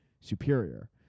superior